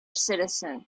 citizen